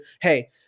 hey